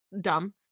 dumb